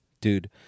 Dude